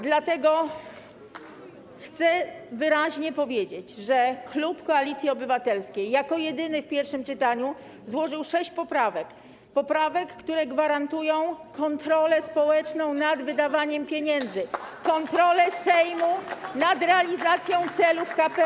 Dlatego chcę wyraźnie powiedzieć, że klub Koalicji Obywatelskiej jako jedyny w pierwszym czytaniu złożył sześć poprawek, które gwarantują kontrolę społeczną nad wydawaniem pieniędzy, kontrolę Sejmu nad realizacją celów KPO.